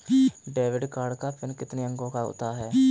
Debit card का PIN कितने अंकों का होता है?